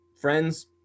friends